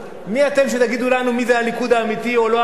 מי אתם שתגידו לנו מי זה הליכוד האמיתי או לא האמיתי?